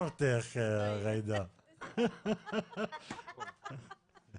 בדרך הרגילה אבל מפריע לי העניין שזה מגיע עם בקשות.